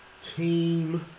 team